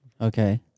Okay